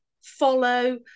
follow